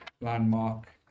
landmark